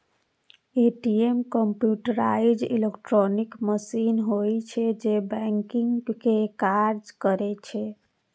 ATM computerised electronic machine होइ छै, जे बैंकिंग के काज करै छै